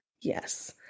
Yes